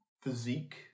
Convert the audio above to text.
physique